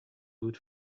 good